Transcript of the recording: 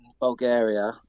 bulgaria